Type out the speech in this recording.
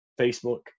Facebook